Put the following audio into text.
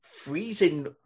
freezing